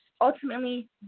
ultimately